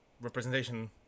representation